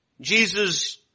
Jesus